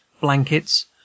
blankets